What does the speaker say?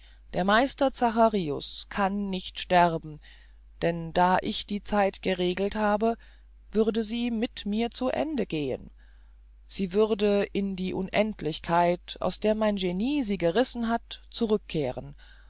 der meister zacharius kann nicht sterben denn da ich die zeit geregelt habe würde sie mit mir zu ende gehen sie würde in die unendlichkeit aus der mein genie sie gerissen hat zurückkehren